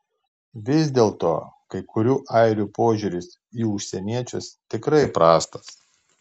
vis dėlto kai kurių airių požiūris į užsieniečius tikrai prastas